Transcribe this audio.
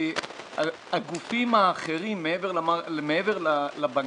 הגופים האחרים, מעבר לבנקים,